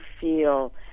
feel